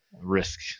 risk